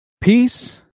peace